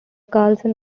carlson